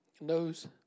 knows